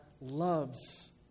loves